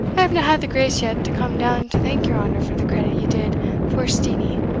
i havena had the grace yet to come down to thank your honour for the credit ye did puir steenie,